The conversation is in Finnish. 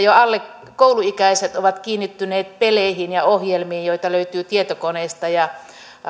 jo alle kouluikäiset ovat kiinnittyneet peleihin ja ohjelmiin joita löytyy tietokoneista ja